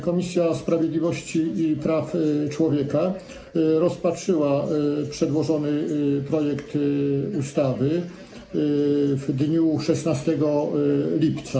Komisja Sprawiedliwości i Praw Człowieka rozpatrzyła przedłożony projekt ustawy w dniu 16 lipca.